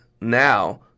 now